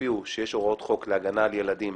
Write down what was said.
יופיע בו שיש הוראות חוק להגנה על ילדים